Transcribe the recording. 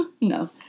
No